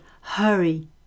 hurry